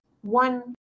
one